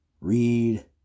Read